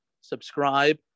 subscribe